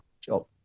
job